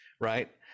right